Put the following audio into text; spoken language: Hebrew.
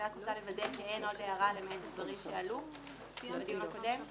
אני רק רוצה לוודא כי אין עוד הערה לדברים שעלו בדיון הקודם.